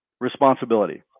responsibility